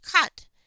cut